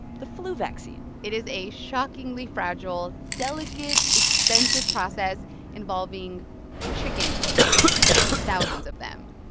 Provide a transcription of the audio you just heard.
the flu vaccine it is a shockingly fragile, delicate, expensive process involving chicken eggs thousands of them.